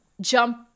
jump